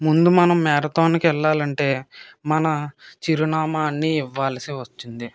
ముందు మనం మ్యారథాన్కి వెళ్లాలంటే మన చిరునామా అన్ని ఇవ్వాల్సి వచ్చింది